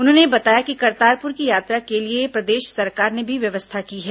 उन्होंने बताया कि करतारपुर की यात्रा के लिए प्रदेश सरकार ने भी व्यवस्था की है